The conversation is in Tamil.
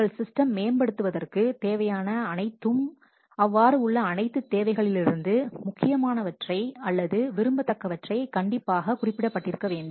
உங்கள் சிஸ்டமை மேம்படுத்துவதற்கு தேவையான அனைத்தும் அவ்வாறு உள்ள அனைத்து தேவைகளிலிருந்து முக்கியமானவற்றை அல்லது விரும்பத்தக்கவற்றை கண்டிப்பாக குறிப்பிட்டிருக்க வேண்டும்